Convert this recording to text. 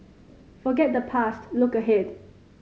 forget the past look ahead